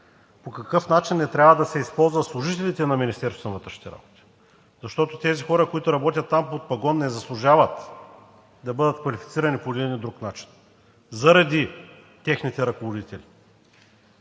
по какъв начин не трябва да се използват служителите на Министерството на вътрешните работи, защото тези хора, които работят там под пагон, не заслужават да бъдат квалифицирани по един или друг начин заради техните ръководители,